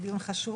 הוא דיון חשוב.